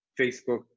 Facebook